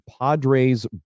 Padres